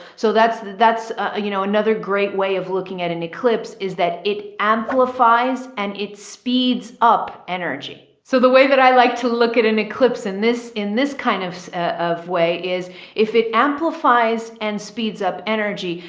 so that's, that's, ah, you know, another great way of looking at an eclipse is that it amplifies and it speeds up energy. so the way that i like to look at an eclipse in this, in this kind of of way is if it amplifies and speeds up energy,